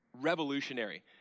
Revolutionary